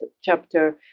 chapter